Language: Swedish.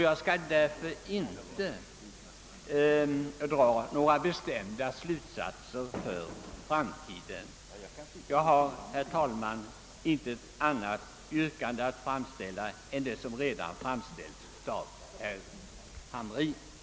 Jag skall därför inte dra några bestämda slutsatser för framtiden. Jag har, herr talman, intet annat yrkande än det som framställts av herr Hamrin i Jönköping.